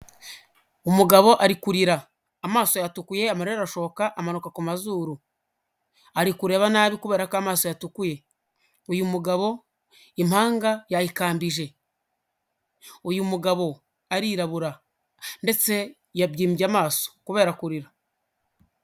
Umugabo ari kurira, amaso yatukuye amarira arashoka amanuka ku mazuru, ari kureba nabi kubera ko amaso yatukuye, uyu mugabo impanga yayikambije, uyu mugabo arirabura ndetse yabyimbye amaso kubera kurira.